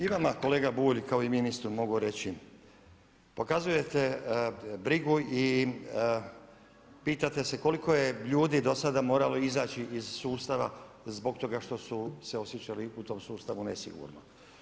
I vama kolega Bulj kao i ministru mogu reći pokazujete brigu i pitate se koliko je ljudi do sada moralo izaći iz sustava zbog toga što su se osjećali u tom sustavu nesigurno.